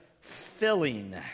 filling